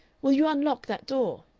will you unlock that door?